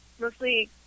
mostly